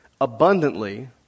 abundantly